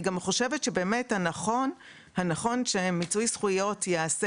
אני גם חושבת שנכון שמיצוי זכויות ייעשה